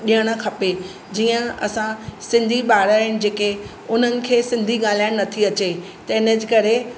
ॾियणु खपे जीअं असां सिंधी ॿार आहिनि जेके उन्हनि खे सिंधी ॻाल्हाइणु नथी अचे त इनजे करे